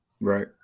Right